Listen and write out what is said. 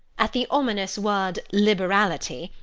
at the ominous word liberality,